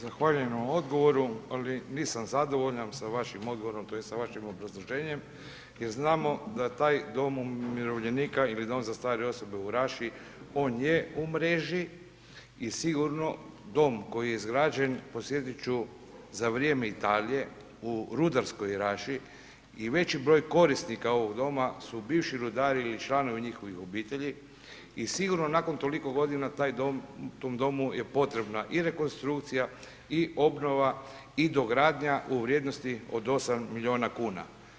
Zahvaljujem na odgovoru, ali nisam zadovoljan sa vašim odgovorom tj. sa vašim obrazloženjem jer znamo da taj dom umirovljenika ili dom za starije osobe u Raši on je u mreži i sigurno dom koji je izgrađen, podsjetit ću za vrijeme Italije u rudarskoj Raši i veći broj korisnika ovog doma su bivši rudari ili članovi njihovih obitelji i sigurno nakon toliko godina taj dom, tom domu je potrebna i rekonstrukcija i obnova i dogradnja u vrijednosti od 8 miliona kuna.